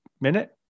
minute